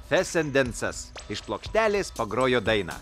fesendencas iš plokštelės pagrojo dainą